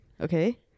Okay